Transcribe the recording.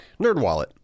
NerdWallet